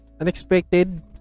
unexpected